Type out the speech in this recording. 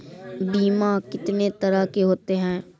बीमा कितने तरह के होते हैं?